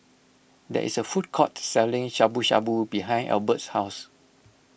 there is a food court selling Shabu Shabu behind Albert's house